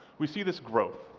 we see this growth.